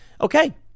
Okay